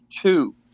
two